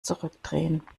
zurückdrehen